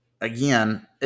again